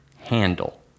handle